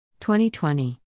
2020